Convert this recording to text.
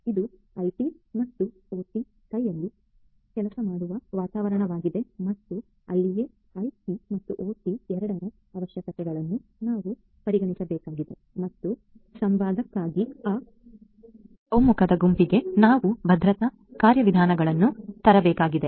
ಇದು ಐಟಿ ಮತ್ತು ಒಟಿ ಕೈಯಲ್ಲಿ ಕೆಲಸ ಮಾಡುವ ವಾತಾವರಣವಾಗಿದೆ ಮತ್ತು ಅಲ್ಲಿಯೇ ಐಟಿ ಮತ್ತು ಒಟಿ ಎರಡರ ಅವಶ್ಯಕತೆಗಳನ್ನು ನಾವು ಪರಿಗಣಿಸಬೇಕಾಗಿದೆ ಮತ್ತು ಸಂವಾದಕ್ಕಾಗಿ ಆ ಒಮ್ಮುಖದ ಗುಂಪಿಗೆ ನಾವು ಭದ್ರತಾ ಕಾರ್ಯವಿಧಾನಗಳನ್ನು ತರಬೇಕಾಗಿದೆ